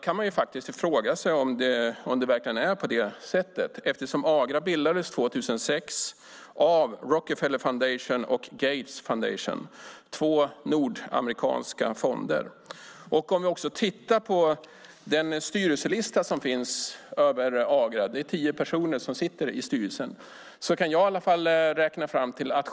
Man kan dock fråga sig om det verkligen är så med tanke på att Agra bildades - det skedde 2006 - av Rockefeller Foundation och Gates Foundation, två nordamerikanska fonder. Om vi tittar på den styrelseförteckning som finns för Agra ser vi att tio personer sitter i styrelsen.